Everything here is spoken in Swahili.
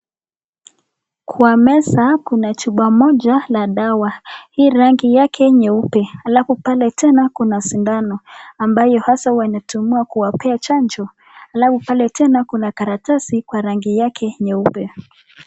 Kwa meza kuna chupa moja la dawa. Hii rangi yake nyeupe. Alafu pale tena kuna sindano ambayo hasa wanatumia kuwapea chanjo. Alafu pale tena kuna karatasi kwa rangi yake nyeupe.